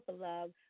Love